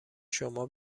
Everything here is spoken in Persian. شما